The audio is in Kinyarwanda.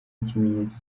ikimenyetso